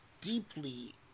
deeply